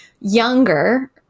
younger